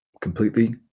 Completely